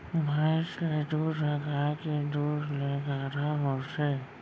भईंस के दूद ह गाय के दूद ले गाढ़ा होथे